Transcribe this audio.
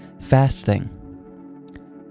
fasting